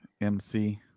MC